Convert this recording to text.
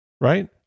Right